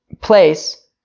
place